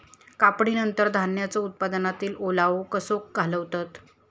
कापणीनंतर धान्यांचो उत्पादनातील ओलावो कसो घालवतत?